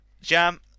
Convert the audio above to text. jam